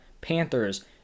Panthers